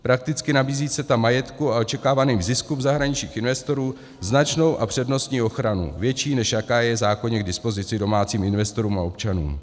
Prakticky nabízí CETA majetku a očekávaným ziskům zahraničních investorů značnou a přednostní ochranu, větší, než jaká je v zákoně k dispozici domácím investorům a občanům.